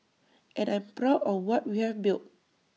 and I'm proud of what we've built